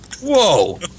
Whoa